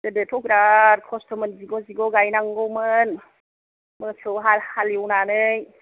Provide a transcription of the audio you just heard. गोदोथ' बिराद खस्ट'मोन जिग' जिग' गायनांगौमोन मोसौ हालिवनानै